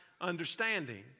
understanding